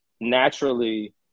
naturally